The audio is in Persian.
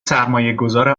سرمایهگذار